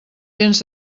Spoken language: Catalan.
gens